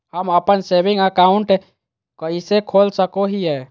हम अप्पन saving account कइसे खोल सको हियै?